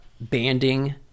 banding